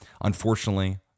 Unfortunately